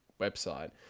website